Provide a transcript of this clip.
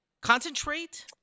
Concentrate